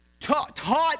taught